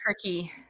tricky